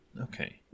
Okay